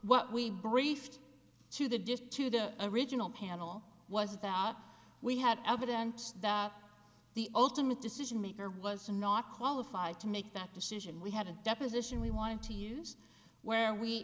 what we briefed to the disc to the original panel was that we had evidence that the ultimate decision maker was not qualified to make that decision we had a deposition we wanted to use when we